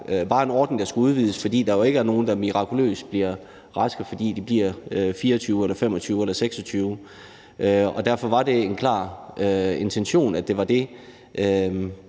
var en ordning, der skulle udvides, fordi der jo ikke er nogen, der mirakuløst bliver raske, fordi de bliver 24 eller 25 eller 26 år. Derfor var det en klar intention, at det var det,